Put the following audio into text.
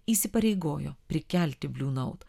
įsipareigojo prikelti bliu naut